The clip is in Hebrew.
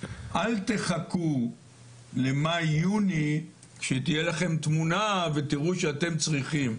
אל תחכו למאי יוני שתהיה לכם תמונה ותראו שאתם צריכים.